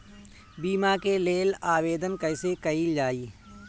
बीमा के लेल आवेदन कैसे कयील जाइ?